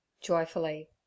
joyfully